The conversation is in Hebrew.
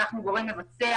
אנחנו הגורם המבצע,